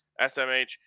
SMH